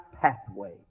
pathway